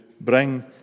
bring